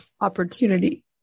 opportunity